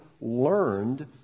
learned